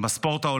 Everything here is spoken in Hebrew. שלוש דקות.